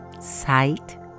sight